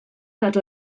nad